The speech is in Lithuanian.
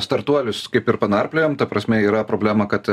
startuolius kaip ir panarpliojom ta prasme yra problema kad